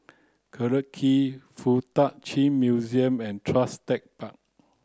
Collyer Quay Fuk Tak Chi Museum and Tuas Tech Park